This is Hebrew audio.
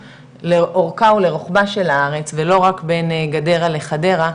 לאורכה ולרוחבה של הארץ ולא רק בין גדרה לחדרה,